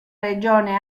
regione